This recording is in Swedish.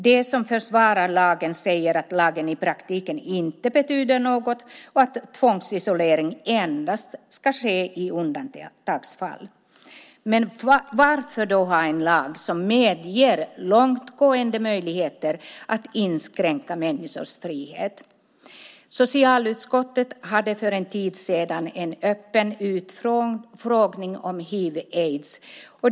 De som försvarar lagen säger att lagen i praktiken inte betyder något och att tvångsisolering endast ska ske i undantagsfall. Men varför då ha en lag som medger långtgående möjligheter att inskränka människors frihet? Socialutskottet hade för en tid sedan en öppen utfrågning om hiv/aids.